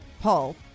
Paul